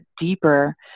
deeper